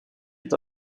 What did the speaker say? est